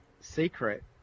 secret